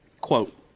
Quote